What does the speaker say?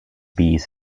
bees